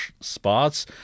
spots